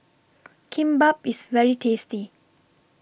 Kimbap IS very tasty